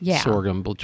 sorghum